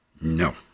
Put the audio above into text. No